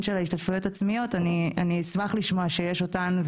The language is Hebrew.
של ההשתתפויות העצמיות אני אשמח לשמוע שיש אותן,